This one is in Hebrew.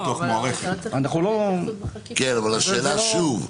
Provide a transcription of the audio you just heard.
השאלה שוב,